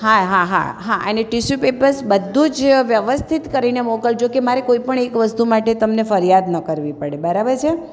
હા હા હા હા અને ટીશું પેપર્સ બધું જ વ્યવસ્થિત કરીને મોકલજો કે મારે કોઈ પણ એક વસ્તુ માટે તમને ફરિયાદ ન કરવી પડે બરાબર છે